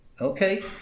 Okay